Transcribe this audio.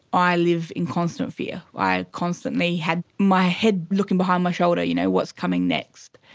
i live in constant fear. i constantly had my head looking behind my shoulder, you know, what's coming next.